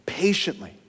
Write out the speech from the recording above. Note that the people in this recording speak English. patiently